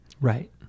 Right